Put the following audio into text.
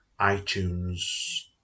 iTunes